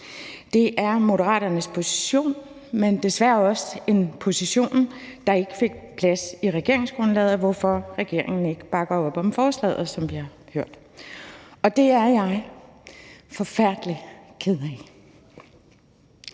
det er Moderaternes position, men det er desværre også en position, der ikke fik plads i regeringsgrundlaget, hvorfor regeringen ikke bakker op om forslaget, som vi har hørt, og det er jeg forfærdelig ked af.